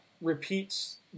repeats